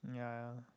ya